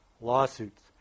Lawsuits